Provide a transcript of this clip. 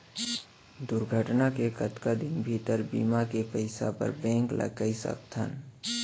दुर्घटना के कतका दिन भीतर बीमा के पइसा बर बैंक ल कई सकथन?